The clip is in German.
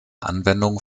anwendung